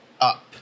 Up